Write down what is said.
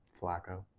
Flacco